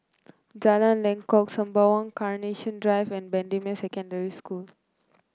Jalan Lengkok Sembawang Carnation Drive and Bendemeer Secondary School